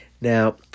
Now